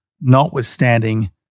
notwithstanding